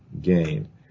gain